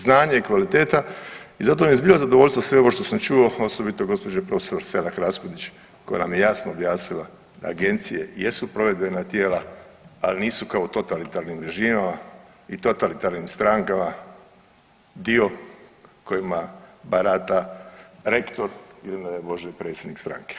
Znanje je kvaliteta i zato mi je zbilja zadovoljstvo sve ovo što sam čuo osobito gospođe prof. Selak Raspudić koja nam je jasno objasnila da agencije jesu provedbena tijela ali nisu kao u totalitarnim režima i totalitarnim strankama dio kojima barata rektor ili ne daj Bože predsjednik stranke.